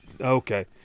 Okay